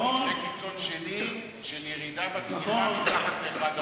ומקרה קיצון שני של ירידה בצמיחה מתחת ל-1%.